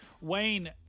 Wayne